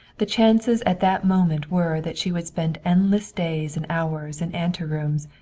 the chances at that moment were that she would spend endless days and hours in anterooms,